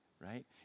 right